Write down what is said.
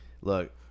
Look